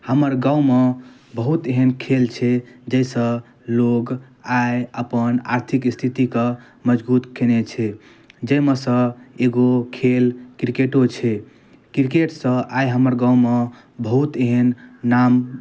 हमर गाममे बहुत एहन खेल छै जाहिसँ लोक आइ अपन आर्थिक स्थितिके मजगूत कएने छै जाहिमेसँ एगो खेल किरकेटो छै किरकेटसँ आइ हमर गाममे बहुत एहन नाम